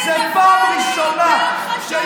אלי נפתלי יותר חשוב מהמדינה.